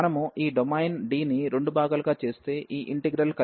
మనము ఈ domain D ని రెండు భాగాలుగా చేస్తే ఈ ఇంటిగ్రల్ కలిగి ఉన్నాము